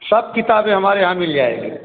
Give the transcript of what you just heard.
सब किताबें हमारे यहाँ मिल जाएँगी